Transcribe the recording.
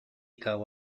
cau